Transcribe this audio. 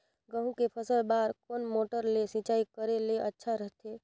गहूं के फसल बार कोन मोटर ले सिंचाई करे ले अच्छा रथे?